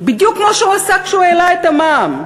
בדיוק כמו שהוא עשה כשהוא העלה את המע"מ,